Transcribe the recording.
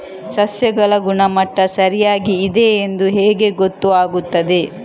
ಸಸ್ಯಗಳ ಗುಣಮಟ್ಟ ಸರಿಯಾಗಿ ಇದೆ ಎಂದು ಹೇಗೆ ಗೊತ್ತು ಆಗುತ್ತದೆ?